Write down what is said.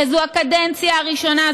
זו הקדנציה הראשונה,